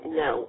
no